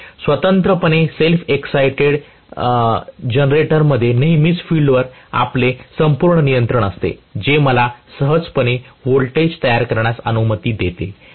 तरीही स्वतंत्रपणे self excited जनरेटरमध्ये नेहमीच फिल्डवर आपले संपूर्ण नियंत्रण असते जे मला सहजपणे व्होल्टेज तयार करण्यास अनुमती देते